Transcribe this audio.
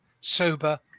sober